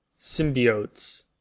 symbiotes